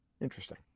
Interesting